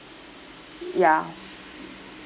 ya